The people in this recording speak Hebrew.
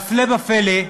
והפלא ופלא,